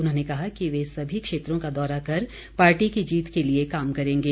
उन्होंने कहा कि वे सभी क्षेत्रों का दौरा कर पार्टी की जीत के लिए काम करेंगे